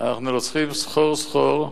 אנחנו הולכים סחור-סחור.